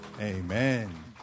Amen